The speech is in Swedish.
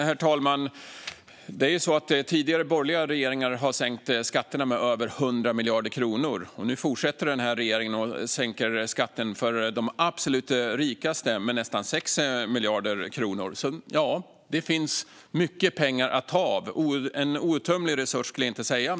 Herr talman! Tidigare borgerliga regeringar har sänkt skatterna med över 100 miljarder kronor. Nu fortsätter den här regeringen och sänker skatten för de absolut rikaste med nästan 6 miljarder kronor. Det finns mycket pengar att ta av. Jag skulle inte säga att det är en outtömlig resurs.